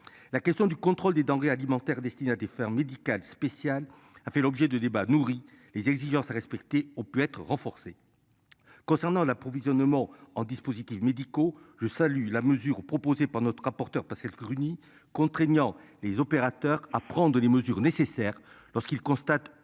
La question du contrôle des denrées alimentaires destinées à défaire médicale spécial a fait l'objet de débats nourris les exigences à respecter, ont pu être renforcée. Concernant l'approvisionnement en dispositifs médicaux. Je salue la mesure proposée par notre rapporteur Pascale Gruny contraignant les opérateurs à prendre les mesures nécessaires lorsqu'il constate